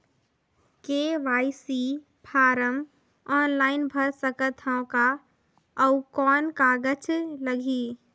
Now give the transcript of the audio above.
KYC form online भर सकत हवं का? अउ कौन कागज लगही?